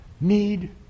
need